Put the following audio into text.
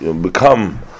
become